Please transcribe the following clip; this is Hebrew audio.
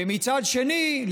ומצד שני,